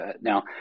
Now